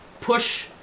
push